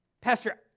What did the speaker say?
Pastor